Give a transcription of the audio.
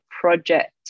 project